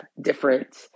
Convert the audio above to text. different